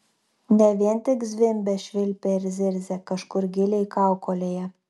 ne vien tik zvimbė švilpė ir zirzė kažkur giliai kaukolėje